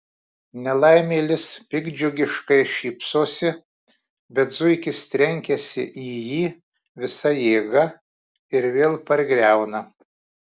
nelaimėlis piktdžiugiškai šypsosi bet zuikis trenkiasi į jį visa jėga ir vėl pargriauna